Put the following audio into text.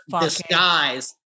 disguise